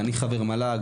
אני חבר מל"ג,